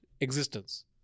existence